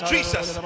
Jesus